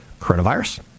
coronavirus